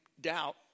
doubt